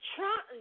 Trump